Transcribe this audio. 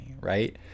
right